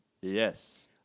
yes